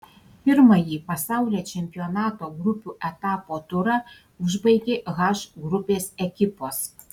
pirmąjį pasaulio čempionato grupių etapo turą užbaigė h grupės ekipos